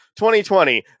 2020